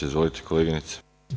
Izvolite koleginice.